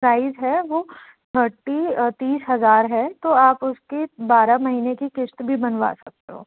price है वह thirty तीस हज़ार है तो आप उसकी बारह महीने की क़िस्त भी बनवा सकते हो